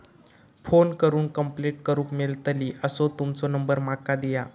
Phone करून complaint करूक मेलतली असो तुमचो नंबर माका दिया?